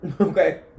Okay